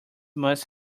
must